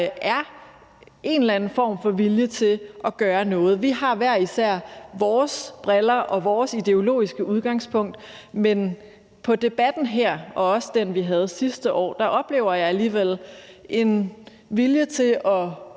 der er en eller anden form for vilje til at gøre noget. Vi ser hver især med vores briller og har hver især vores ideologiske udgangspunkt, men i debatten her og også den, vi havde sidste år, oplever jeg alligevel en vilje til i